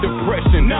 Depression